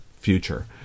future